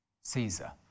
Caesar